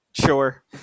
Sure